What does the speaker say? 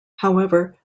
however